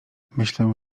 myślę